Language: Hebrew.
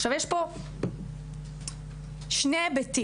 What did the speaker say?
עכשיו יש פה שני היבטים,